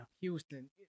Houston